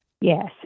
Yes